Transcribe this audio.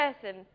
person